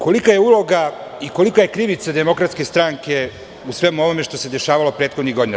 Kolika je uloga i kolika je krivica DS u svemu ovome što se dešavalo prethodnih godina?